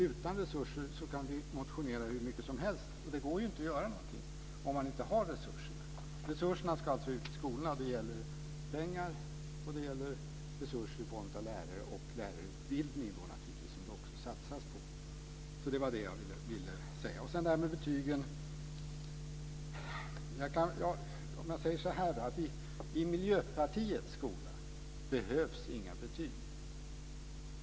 Utan resurser kan vi motionera hur mycket som helst, men det går inte att göra någonting. De resurser som ska ut till skolorna består av pengar, lärare och lärarutbildning. Jag ville också säga att det satsas på detta. Låt mig när det gäller betygen säga att det i Miljöpartiets skola inte behövs några betyg.